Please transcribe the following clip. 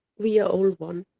we are all one.